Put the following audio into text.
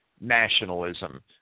nationalism